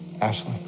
Ashley